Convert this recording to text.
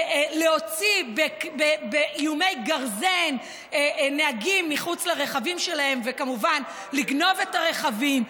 להוציא באיומי גרזן נהגים מחוץ לרכבים שלהם וכמובן לגנוב את הרכבים,